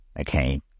okay